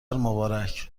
مبارک